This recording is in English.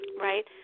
right